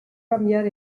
cambiar